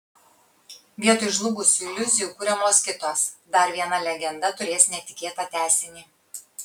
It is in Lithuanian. vietoj žlugusių iliuzijų kuriamos kitos dar viena legenda turės netikėtą tęsinį